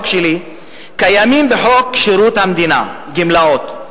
שלי קיימים בחוק שירות המדינה (גמלאות),